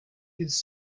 his